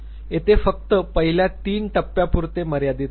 येथे फक्त पहिल्या तीन टप्प्यापुरते मर्यादित रहाल